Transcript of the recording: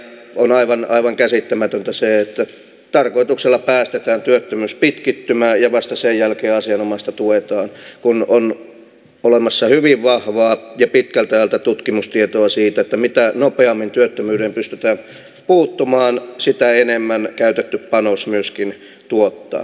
on aivan käsittämätöntä se että tarkoituksella päästetään työttömyys pitkittymään ja vasta sen jälkeen asianomaista tuetaan kun on olemassa pitkältä ajalta hyvin vahvaa tutkimustietoa siitä että mitä nopeammin työttömyyteen pystytään puuttumaan sitä enemmän käytetty panos myöskin tuottaa